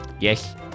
Yes